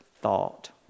thought